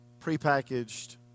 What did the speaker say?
prepackaged